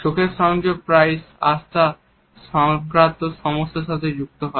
চোখের সংযোগ প্রায়শই আস্থা সংক্রান্ত সমস্যার সাথে যুক্ত হয়